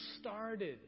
started